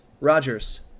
Rogers